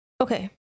Okay